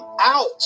out